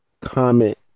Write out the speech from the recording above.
comment